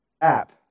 app